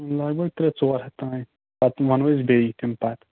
لَگ بَگ ترٛےٚ ژور ہَتھ تام پَتہٕ ونَو أسۍ بیٚیہِ تَمہِ پَتہٕ